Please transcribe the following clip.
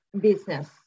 business